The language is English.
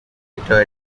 later